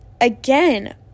again